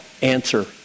answer